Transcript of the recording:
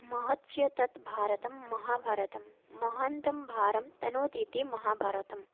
महच्च तद्भारतं महाभारतं महान्तं भारं तनोति इति महाभारतं